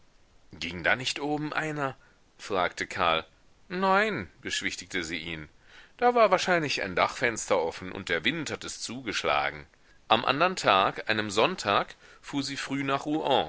ging da nicht oben einer fragte karl nein beschwichtigte sie ihn da war wahrscheinlich ein dachfenster offen und der wind hat es zugeschlagen am andern tag einem sonntag fuhr sie früh nach rouen